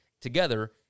together